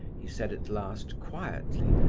he said at last, quietly,